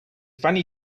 funny